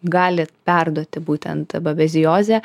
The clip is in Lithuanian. gali perduoti būtent babeziozę